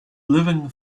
living